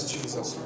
Jesus